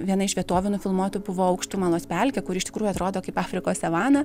viena iš vietovių nufilmuotų buvo aukštumalos pelkė kuri iš tikrųjų atrodo kaip afrikos savana